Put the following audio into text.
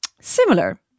similar